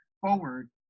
forward